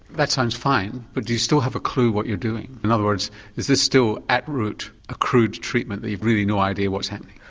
that sounds fine but do you still have a clue what you're doing? in other words is this still at root a crude treatment that really have no idea what's happening?